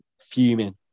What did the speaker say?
fuming